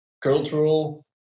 cultural